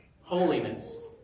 holiness